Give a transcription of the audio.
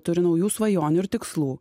turi naujų svajonių ir tikslų